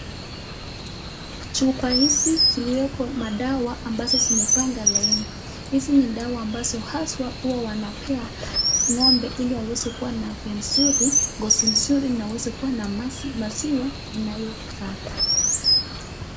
Chupa hizi ziliekwa madawa ambazo zimepanga laini, hizi ni dawa ambazo haswa huwa wanapea Ng'ombe ili waweze kuwa na afya nzuri ,ngozi nzuri na waweza kuwa na maziwa inayofaa.